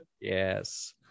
yes